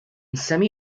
semi